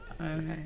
okay